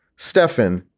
stefan.